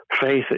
faith